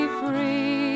free